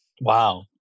wow